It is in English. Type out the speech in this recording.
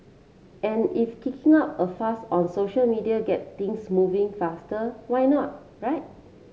and if kicking up a fuss on social media get things moving faster why not right